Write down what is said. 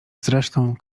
zresztą